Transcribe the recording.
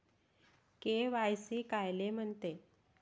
KYC कायले म्हनते?